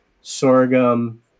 sorghum